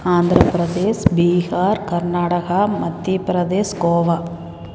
Andhra Pradesh Bihar Karnataka Madhya Pradesh Goa